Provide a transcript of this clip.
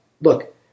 look